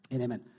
Amen